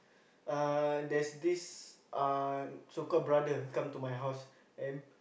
uh there's this uh so called brother come to my house and